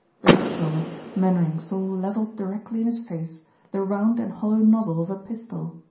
the next moment mainwaring saw leveled directly in his face the round and hollow nozzle of a pistol.